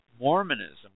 Mormonism